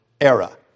era